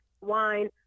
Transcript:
wine